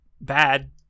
bad